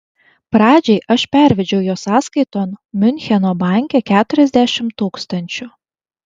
pradžiai aš pervedžiau jo sąskaiton miuncheno banke keturiasdešimt tūkstančių